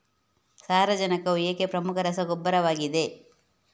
ಸಾರಜನಕವು ಏಕೆ ಪ್ರಮುಖ ರಸಗೊಬ್ಬರವಾಗಿದೆ?